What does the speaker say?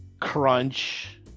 Crunch